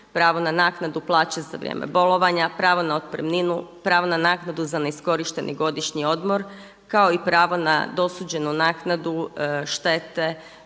pravo na naknadu plaće za vrijeme bolovanja, pravo na otpremninu, pravo na naknadu za neiskorišteni godišnji odmor kao i pravo na dosuđenu naknadu štete